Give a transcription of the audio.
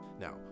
Now